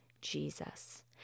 Jesus